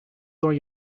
door